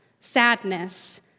sadness